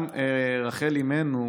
גם רחל אימנו,